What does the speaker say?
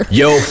yo